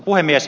puhemies